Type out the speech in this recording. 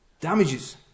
damages